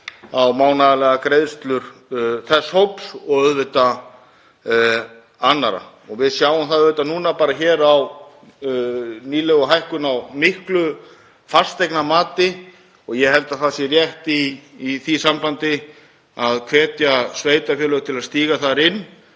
á mánaðarlegar greiðslur þess hóps og auðvitað annarra. Við sjáum það núna á nýlegri hækkun á fasteignamati og ég held að það sé rétt í því sambandi að hvetja sveitarfélög til að stíga þar inn